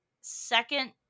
second